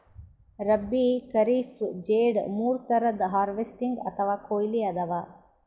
ರಬ್ಬೀ, ಖರೀಫ್, ಝೆಡ್ ಮೂರ್ ಥರದ್ ಹಾರ್ವೆಸ್ಟಿಂಗ್ ಅಥವಾ ಕೊಯ್ಲಿ ಅದಾವ